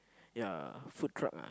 ya food club